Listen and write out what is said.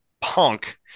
Punk